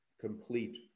complete